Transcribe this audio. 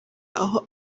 aho